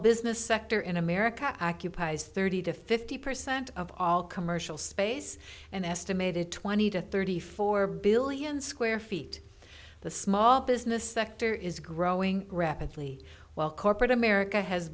business sector in america occupies thirty to fifty percent of all commercial space an estimated twenty to thirty four billion square feet the small business sector is growing rapidly while corporate america has